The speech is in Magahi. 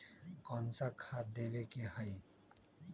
कोन सा खाद देवे के हई?